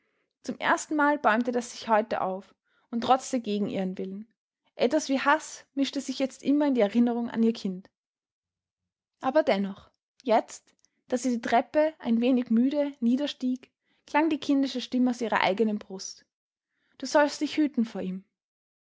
zum erstenmal bäumte das sich heute auf und trotzte gegen ihren willen etwas wie haß mischte sich jetzt immer in die erinnerung an ihr kind aber dennoch jetzt da sie die treppe ein wenig müde niederstieg klang die kindische stimme aus ihrer eigenen brust du solltest dich hüten vor ihm